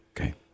Okay